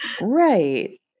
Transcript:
Right